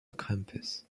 campus